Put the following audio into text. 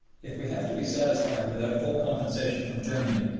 if we have to be satisfied without full compensation from germany,